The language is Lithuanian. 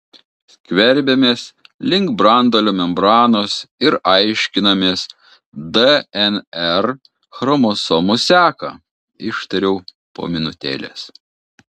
skverbiamės link branduolio membranos ir aiškinamės dnr chromosomų seką ištariau po minutėlės